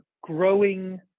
growing